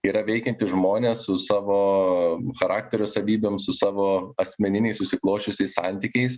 yra veikiantys žmonės su savo charakterio savybėms su savo asmeniniais susiklosčiusiais santykiais